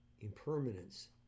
impermanence